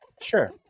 Sure